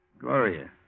Gloria